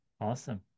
awesome